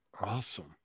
Awesome